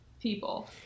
people